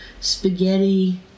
spaghetti